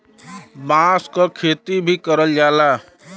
बांस क खेती भी करल जाला